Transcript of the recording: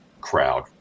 crowd